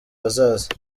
hazaza